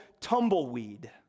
tumbleweed